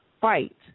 fight